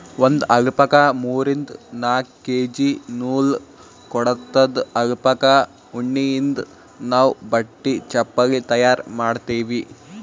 ಒಂದ್ ಅಲ್ಪಕಾ ಮೂರಿಂದ್ ನಾಕ್ ಕೆ.ಜಿ ನೂಲ್ ಕೊಡತ್ತದ್ ಅಲ್ಪಕಾ ಉಣ್ಣಿಯಿಂದ್ ನಾವ್ ಬಟ್ಟಿ ಚಪಲಿ ತಯಾರ್ ಮಾಡ್ತೀವಿ